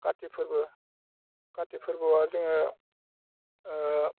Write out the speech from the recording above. खाथि फोरबो खाथि फोरबोआव जोङो